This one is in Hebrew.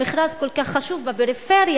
במכרז כל כך חשוב בפריפריה,